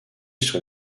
sur